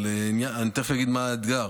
אבל אני תכף אגיד מה האתגר: